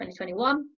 2021